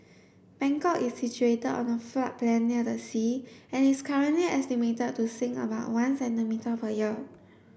Bangkok is situated on a floodplain near the sea and is currently estimated to sink about one centimetre per year